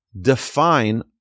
define